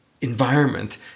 environment